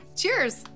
cheers